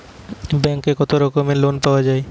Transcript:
ব্যাঙ্কে কত রকমের লোন পাওয়া য়ায়?